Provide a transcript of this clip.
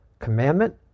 commandment